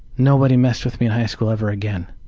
nobody messed with me in high school ever again.